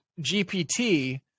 GPT